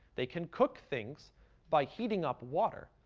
they can cook things by heating up water,